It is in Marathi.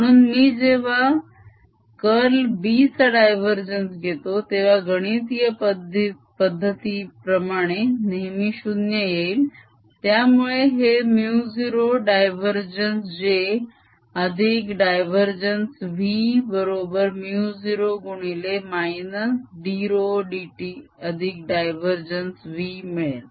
म्हणून मी जेव्हा कर्ल b चा डायवरजेन्स घेतो तेव्हा गणितीय पद्धतीप्रमाणे नेहमी 0 येईल त्यामुळे हे μ0 डायवरजेन्स j अधिक डायवरजेन्स v बरोबर μ0 गुणिले -dρ dt अधिक डायवेरजेन्स v मिळेल